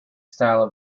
style